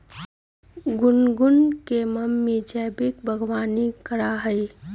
गुनगुन के मम्मी जैविक बागवानी करा हई